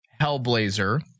Hellblazer